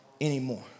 anymore